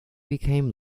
became